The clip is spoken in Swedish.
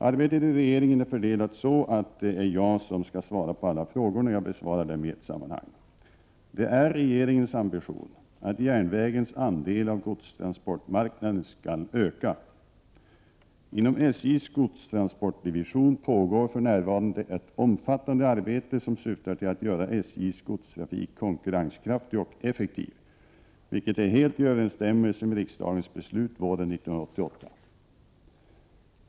Arbetet i regeringen är så fördelat att det är jag som skall svara på alla frågorna. Jag besvarar dem i ett sammanhang. Det är regeringens ambition att järnvägens andel av godstransportmarknaden skall öka. Inom SJ:s godstransportdivision pågår för närvarande ett omfattande arbete som syftar till att göra SJ:s godstrafik konkurrenskraftig och effektiv, vilket är helt i överensstämmelse med det beslut riksdagen fattade våren 1988.